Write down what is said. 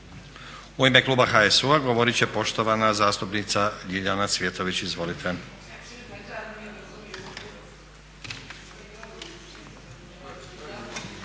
U ime HSU-a govorit će poštovana zastupnika Ljiljana Cvjetović. Izvolite.